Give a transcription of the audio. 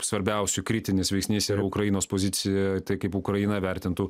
svarbiausių kritinis veiksnys yra ukrainos pozicija tai kaip ukraina vertintų